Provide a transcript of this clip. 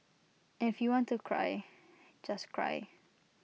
and if you want to cry just cry